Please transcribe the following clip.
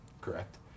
correct